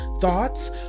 thoughts